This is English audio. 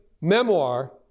memoir